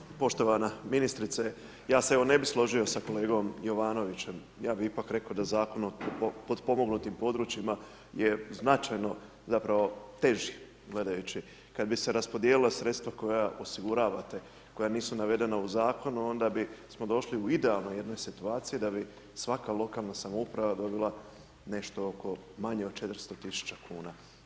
Hvala lijepo, poštovana ministrice, ja se evo ne bi složio sa kolegom Jovanovićem, ja bi ipak rekao da Zakon o potpomognutim područjima je značajno zapravo teži, gledajući kad bi se raspodijelila sredstava koja osiguravate, koja nisu navedene u zakonu onda bismo došli u idealnoj jednoj situaciji, da bi svaka lokalna samouprava dobila nešto oko manje od 400.000 tisuća kuna.